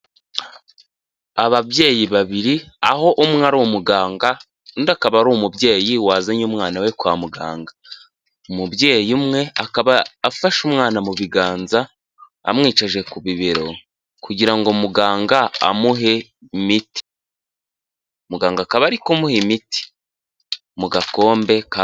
Ababyeyi babiri aho umwe ari umuganga undi akaba ari umubyeyi wazanye umwana we kwa muganga. Umubyeyi umwe akaba afashe umwana mu biganza amwicaje ku bibero kugira ngo muganga amuhe imiti. Muganga akaba ari kumuha imiti mu gakombe ka.